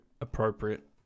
appropriate